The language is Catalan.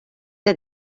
que